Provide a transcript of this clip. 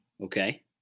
Okay